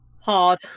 Hard